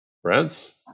France